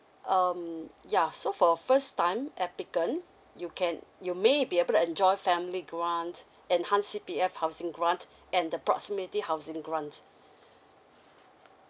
um yeah so for first time applicant you can you may be able to enjoy family grant enhanced C_P_F housing grant and the proximity housing grant